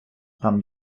там